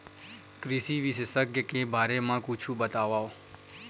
कृषि विशेषज्ञ के बारे मा कुछु बतावव?